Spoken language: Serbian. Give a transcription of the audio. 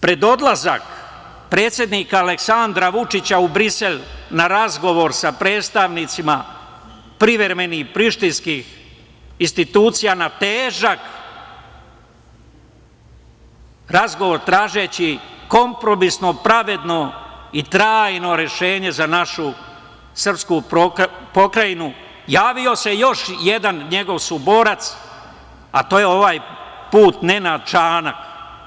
Pred odlazak predsednika Aleksandra Vučića u Brisel na razgovor sa predstavnicima privremenih prištinskih institucija, na težak razgovor, tražeći kompromisno, pravedno i trajno rešenje za našu srpsku pokrajinu, javio se još jedan njegov saborac, a to je ovaj put Nenad Čanak.